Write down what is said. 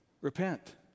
repent